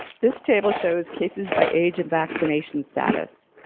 this table shows cases by age and vaccination status.